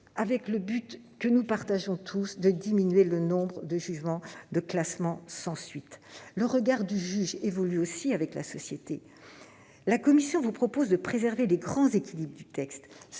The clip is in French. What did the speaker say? avec le but, que nous partageons tous, de diminuer le nombre de décisions de classement sans suite. Le regard du juge évolue aussi avec la société. La commission vous propose de préserver les grands équilibres du texte.